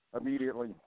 immediately